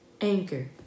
anchor